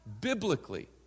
Biblically